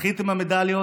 זכיתם במדליות,